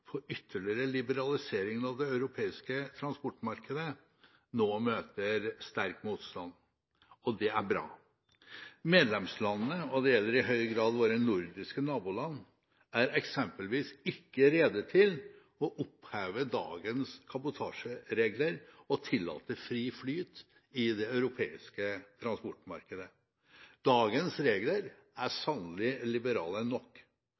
ytterligere liberalisering av det europeiske transportmarkedet nå møter sterk motstand, og det er bra. Medlemslandene – og det gjelder i høy grad våre nordiske naboland – er eksempelvis ikke rede til å oppheve dagens kabotasjeregler og tillate fri flyt i det europeiske transportmarkedet. Dagens regler er sannelig liberale nok.